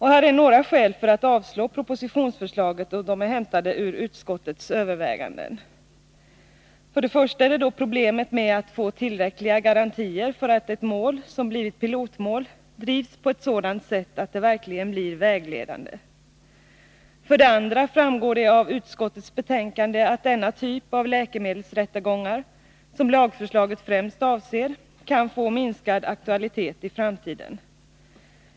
Här är några skäl för att avslå propositionsförslaget, hämtade ur utskottets överväganden: För det första bedöms det som ett problem hur man skall få tillräckliga garantier för att ett mål, som blivit pilotmål, drivs på ett sådant sätt att det verkligen blir vägledande. För det andra framgår det av utskottets betänkande att denna typ av läkemedelsrättegångar som lagförslaget främst avser kan få minskad aktualitet i framtiden.